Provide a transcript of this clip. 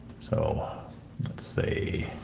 so say